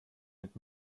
mit